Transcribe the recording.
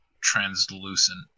translucent